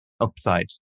upside